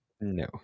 no